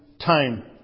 time